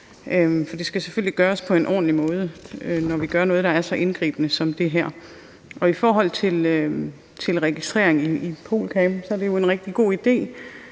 For det skal selvfølgelig gøres på en ordentlig måde, når vi gør noget, der er så indgribende som det her. I forhold til registrering i POLCAM synes vi, det er en rigtig god idé.